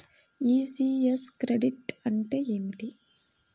ECS credit అంటే ఏమిటి?